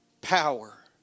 Power